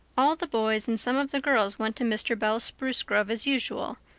all the boys and some of the girls went to mr. bell's spruce grove as usual,